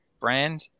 brand